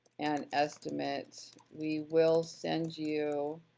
an estimate, we will send you.